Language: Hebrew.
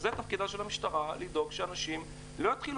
זה תפקידה של המשטרה לבדוק שאנשים לא יתחילו